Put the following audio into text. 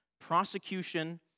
prosecution